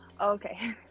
Okay